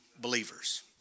believers